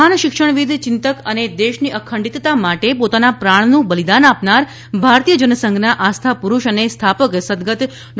મહાન શિક્ષણવિદ ચિંતક અને દેશની અખંડિતતા માટે પોતાના પ્રાણનું બલિદાન આપનાર ભારતીય જનસંઘના આસ્થાપુરૂષ અને સ્થાપક સદગત ડો